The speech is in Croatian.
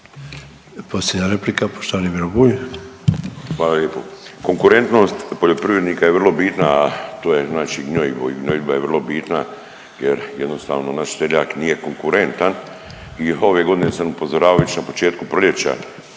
(MOST)** Hvala lijepo. Konkurentnost poljoprivrednika je vrlo bitna, a to je znači gnojivo i gnojidba je vrlo bitna jer jednostavno naš seljak nije konkurentan. I ove godine sam upozoravajući na početku proljeća